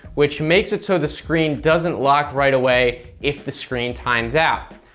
which makes it so the screen doesn't lock right away if the screen times out.